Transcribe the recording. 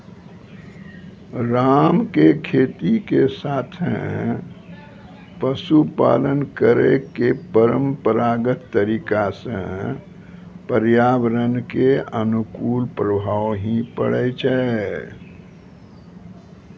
राम के खेती के साथॅ पशुपालन करै के परंपरागत तरीका स पर्यावरण कॅ अनुकूल प्रभाव हीं पड़ै छै